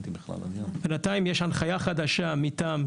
בינתיים יש הנחייה חדשה מטעם,